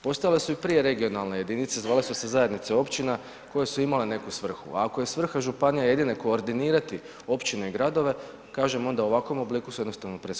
Postojale su i prije regionalne jedinice zvale su se zajednice općina koje su imale neku svrhu, a ako je svrha županije jedino koordinirati općine i gradove kažem onda u ovakvom obliku su jednostavno preskupe.